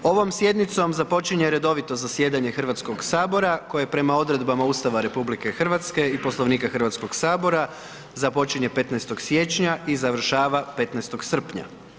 Ovom sjednicom započinje redovito zasjedanje Hrvatskog sabora koje prema odredbama Ustava RH i Poslovnika Hrvatskog sabora započinje 15. siječnja i završava 15. srpnja.